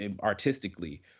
artistically